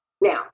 Now